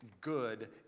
good